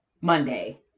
Monday